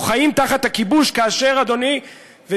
או הם חיים תחת הכיבוש, כאשר, ואדוני,